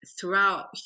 throughout